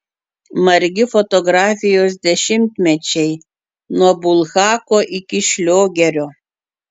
margi fotografijos dešimtmečiai nuo bulhako iki šliogerio